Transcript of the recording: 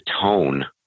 tone